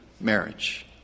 marriage